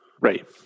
Right